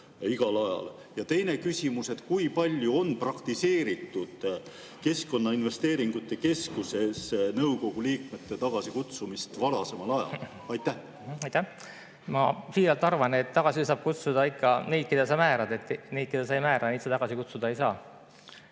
Ja teine küsimus: kui palju on varem praktiseeritud Keskkonnainvesteeringute Keskuse nõukogu liikmete tagasikutsumist? Aitäh! Ma siiralt arvan, et tagasi saab kutsuda ikka neid, keda sa määrad. Neid, keda sa ei määra, tagasi kutsuda ei saa.